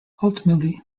ultimately